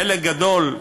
חלק גדול,